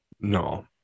No